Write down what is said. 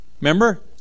Remember